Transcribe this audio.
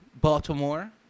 Baltimore